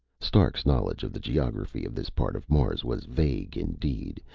stark's knowledge of the geography of this part of mars was vague indeed,